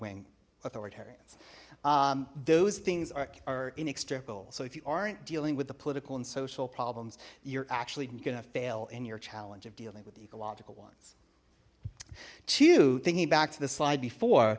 wing authoritarian those things are inextricable so if you aren't dealing with the political and social problems you're actually gonna fail in your challenge of dealing with the ecological ones thinking back to the slide before